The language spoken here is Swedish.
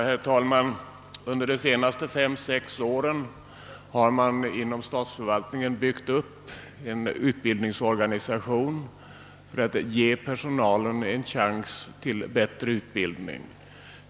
Herr talman! Under de senaste fem— sex åren har man inom statsförvaltningen byggt upp en utbildningsorganisation för att ge personalen en chans till bättre utbildning.